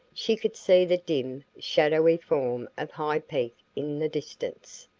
she could see the dim, shadowy form of high peak in the distance.